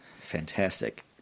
fantastic